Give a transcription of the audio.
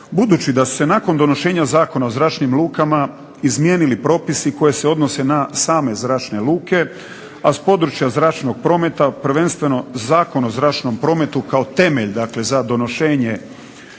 Budući da su se nakon donošenja Zakona o zračnim lukama izmijenili propisi koji se odnose na same zračne luke, a s područja zračnog prometa, prvenstveno Zakon o zračnom prometu kao temelj za donošenje